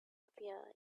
appear